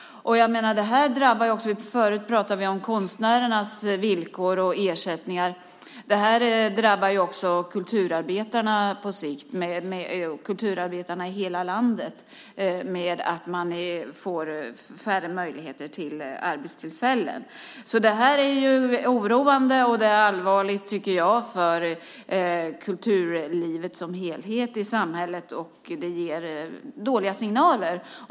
Förut pratade vi om konstnärernas villkor och ersättningar. Det här drabbar kulturarbetarna i hela landet på sikt genom att man får färre möjligheter till arbetstillfällen. Det är oroande, och det är allvarligt, tycker jag, för kulturlivet som helhet i samhället. Det ger dåliga signaler.